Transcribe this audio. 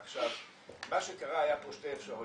מה שקרה, היו פה שתי אפשרויות.